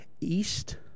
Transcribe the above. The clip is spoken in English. east